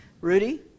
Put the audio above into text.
Rudy